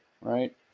right